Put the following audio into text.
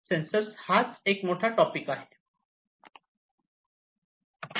sensors हाच एक मोठा टॉपिक आहे